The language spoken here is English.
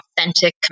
authentic